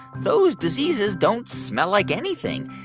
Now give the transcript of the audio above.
those diseases don't smell like anything.